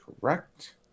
correct